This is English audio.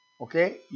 Okay